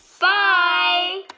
bye